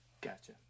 Gotcha